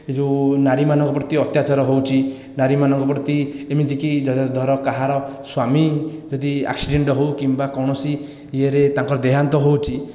ଏହି ଯେଉଁ ନାରୀମାନଙ୍କ ପ୍ରତି ଅତ୍ୟାଚାର ହେଉଛି ନାରୀମାନଙ୍କ ପ୍ରତି ଏମିତି କି ଧର କାହାର ସ୍ଵାମୀ ଯଦି ଆକ୍ସିଡ଼େଣ୍ଟ ହେଉ କିମ୍ବା କୌଣସି ଇଏରେ ତାଙ୍କର ଦେହାନ୍ତ ହେଉଛି